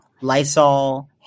Lysol